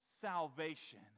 salvation